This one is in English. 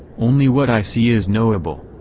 only what i see is knowable.